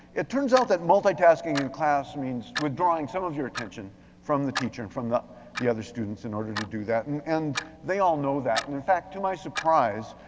it turns out that multitasking in class means withdrawing some of your attention from the teacher and from the the other students in order to do that. and and they all know that, and in fact to my surprise,